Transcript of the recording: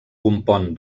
compon